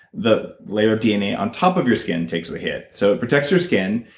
the layer of dna on top of your skin takes the hit. so it protects your skin,